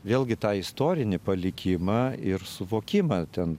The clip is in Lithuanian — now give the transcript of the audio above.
vėlgi tą istorinį palikimą ir suvokimą ten